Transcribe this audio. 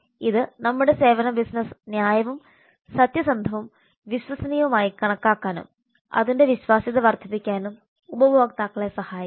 ഇത് നമ്മുടെ സേവന ബിസിനസ്സ് ന്യായവും സത്യസന്ധവും വിശ്വസനീയവും ആയി കണക്കാക്കാനും അതിന്റെ വിശ്വാസ്യത വർദ്ധിപ്പിക്കാനും ഉപഭോക്താക്കളെ സഹായിക്കും